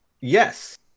yes